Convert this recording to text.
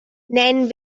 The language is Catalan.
nen